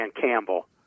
Campbell